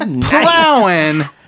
plowing